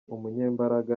umunyembaraga